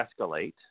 escalate –